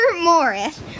Morris